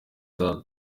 zari